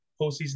postseason